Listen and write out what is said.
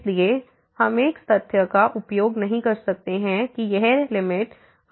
इसलिए हम इस तथ्य का उपयोग नहीं कर सकते हैं कि यह लिमिट r→0 0 है